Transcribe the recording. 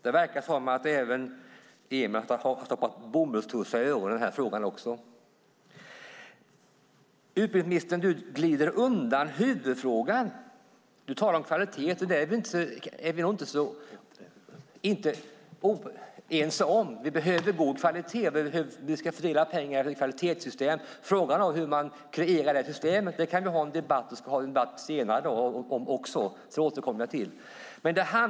Det verkar som om regeringen har stoppat bomullstussar i öronen i den här frågan också. Utbildningsministern glider undan huvudfrågan. Du talar om kvalitet. Det är vi inte oense om. Vi behöver god kvalitet. Vi ska fördela pengar utifrån ett kvalitetssystem. Frågan är hur vi kreerar det systemet. Det ska vi ha en debatt om senare i dag. Det återkommer jag till.